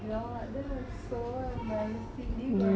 like no bruises or nothing lah